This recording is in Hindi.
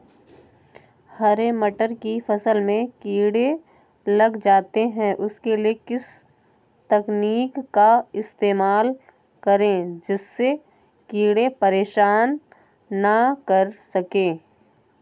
हरे मटर की फसल में कीड़े लग जाते हैं उसके लिए किस तकनीक का इस्तेमाल करें जिससे कीड़े परेशान ना कर सके?